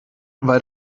weil